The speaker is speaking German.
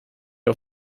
auf